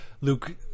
Luke